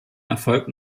erfolg